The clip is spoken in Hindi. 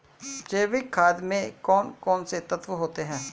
जैविक खाद में कौन कौन से तत्व होते हैं?